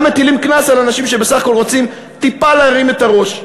גם מטילים קנס על אנשים שבסך הכול רוצים טיפה להרים את הראש.